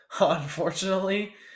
Unfortunately